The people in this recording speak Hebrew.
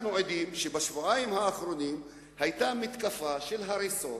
אנחנו עדים שבשבועיים האחרונים היתה מתקפה של הריסות